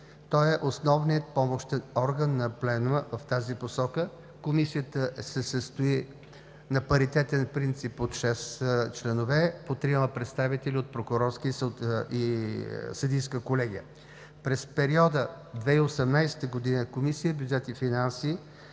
Той е основният помощен орган на Пленума в тази посока. Комисията се състои на паритетен принцип от шест членове – по трима представители от Прокурорска и Съдийска колегия. През периода 2018 г. Комисия „Бюджет и финанси“